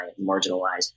marginalized